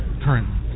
currently